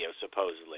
supposedly